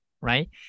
right